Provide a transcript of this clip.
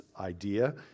idea